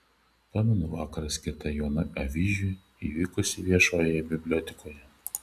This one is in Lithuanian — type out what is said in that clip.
pamenu vakarą skirtą jonui avyžiui įvykusį viešojoje bibliotekoje